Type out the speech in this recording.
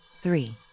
Three